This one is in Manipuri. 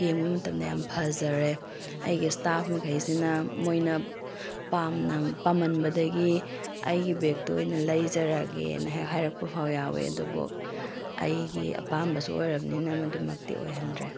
ꯌꯦꯡꯕ ꯃꯇꯝꯗ ꯌꯥꯝ ꯐꯖꯔꯦ ꯑꯩꯒꯤ ꯏꯁꯇꯥꯞ ꯃꯈꯩꯁꯤꯅ ꯃꯣꯏꯅ ꯄꯥꯝꯅ ꯄꯥꯝꯃꯟꯕꯗꯒꯤ ꯑꯩꯒꯤ ꯕꯦꯛꯇꯣ ꯑꯣꯏꯅ ꯂꯩꯖꯔꯒꯦꯅ ꯍꯦꯛ ꯍꯥꯏꯔꯛꯄ ꯐꯥꯎ ꯌꯥꯎꯋꯦ ꯑꯗꯨꯕꯨ ꯑꯩꯒꯤ ꯑꯄꯥꯝꯕꯁꯨ ꯑꯣꯏꯔꯕꯅꯤꯅ ꯃꯗꯨꯃꯛꯇꯤ ꯑꯣꯏꯍꯟꯗ꯭ꯔꯦ